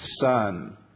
son